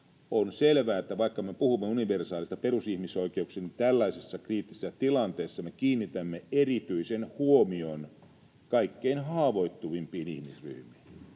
On selvää, että vaikka me puhumme universaaleista perusihmisoikeuksista, niin tällaisessa kriittisessä tilanteessa me kiinnitämme erityisen huomion kaikkein haavoittuvimpiin ihmisryhmiin